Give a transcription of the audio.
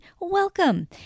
welcome